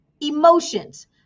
emotions